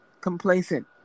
complacent